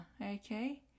Okay